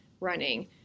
running